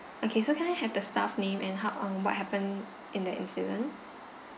okay so can I have the staff name and how um what happened in that incident